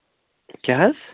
کیٛاہ حظ